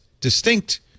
distinct